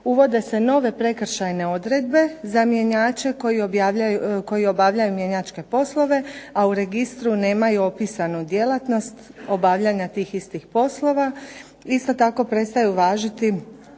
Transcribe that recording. Uvode se nove prekršajne odredbe za mjenjače koji obavljaju mijenjačke poslove a u registru nemaju propisanu djelatnost obavljanja tih istih poslova itako tako prestaju važiti